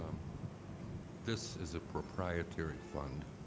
um this is a proprietary fund.